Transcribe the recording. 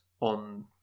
on